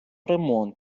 ремонт